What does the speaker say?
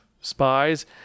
spies